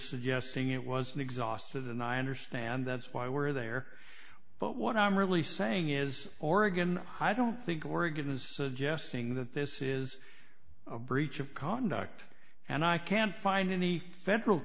suggesting it was an exhausted and i understand that's why we're there but what i'm really saying is oregon i don't think oregon is jesting that this is a breach of conduct and i can't find any central